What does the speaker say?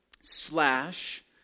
Slash